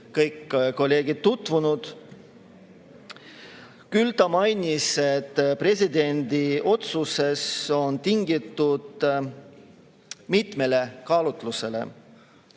kõik kolleegid tutvunud. Küll ta mainis, et presidendi otsus on tingitud mitmest kaalutlusest.